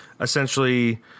essentially